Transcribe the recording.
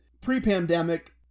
pre-pandemic